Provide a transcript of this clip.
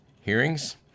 hearings